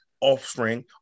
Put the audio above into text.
offspring